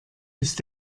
ist